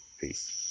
Peace